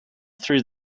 through